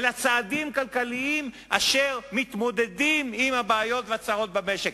אלה צעדים כלכליים להתמודדות עם הבעיות והצרות במשק.